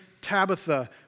Tabitha